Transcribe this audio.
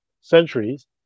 centuries